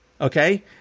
Okay